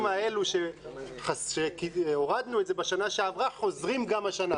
האלו שהורדנו בשנה שעברה חוזרים גם השנה.